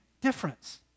difference